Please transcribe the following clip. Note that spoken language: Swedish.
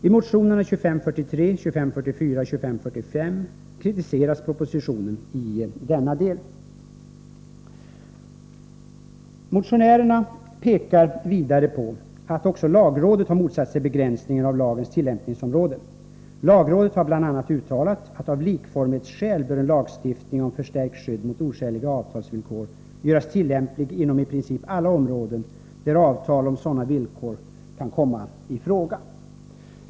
I motionerna 2543, 2544 och 2545 kritiseras propositionen i denna del. Motionärerna pekar vidare på att också lagrådet har motsatt sig en begränsning av lagens tillämpningsområde. Lagrådet har bl.a. uttalat att lagstiftningen om förstärkt skydd mot oskäliga avtalsvillkor av likformighetsskäl bör göras tillämplig inom i princip alla områden där avtal om sådana villkor kan komma i fråga.